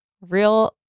real